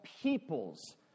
peoples